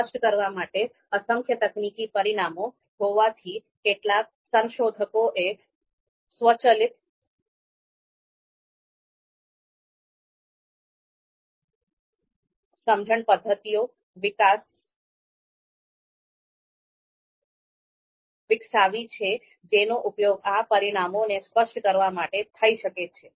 સ્પષ્ટ કરવા માટે અસંખ્ય તકનીકી પરિમાણો હોવાથી કેટલાક સંશોધકોએ સ્વચાલિત સમજણ પદ્ધતિઓ વિકસાવી છે જેનો ઉપયોગ આ પરિમાણોને સ્પષ્ટ કરવા માટે થઈ શકે છે